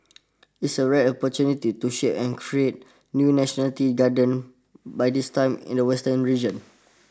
it's a rare opportunity to share and create new nationality garden by this time in the western region